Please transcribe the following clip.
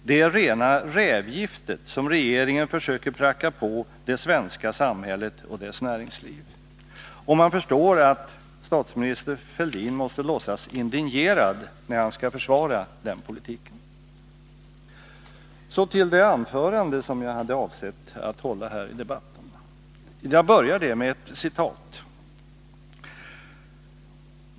Det är rena rävgiftet, som regeringen försöker pracka på det svenska samhället och dess näringsliv. Man förstår att statsminister Fälldin måste låtsas indignerad när han skall försvara den politiken. Så till det anförande som jag hade avsett att hålla här i debatten. Jag börjar det med ett citat.